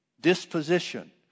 disposition